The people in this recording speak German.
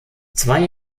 zwei